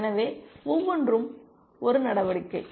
எனவே ஒவ்வொன்றும் ஒரு நடவடிக்கை